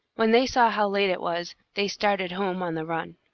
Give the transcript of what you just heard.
when they saw how late it was, they started home on the run.